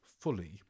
fully